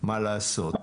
מה לעשות.